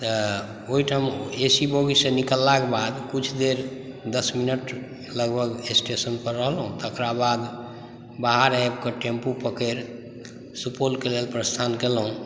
तऽ ओहिठाम A C बोगीसॅं निकललाक बाद कुछ देर दश मिनट लगभग स्टेशन पर रहलहुँ तकरा बाद बाहर आबिके टेम्पू पकड़ि सुपौलके लेल प्रस्थान केलहुँ